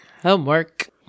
Homework